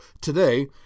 today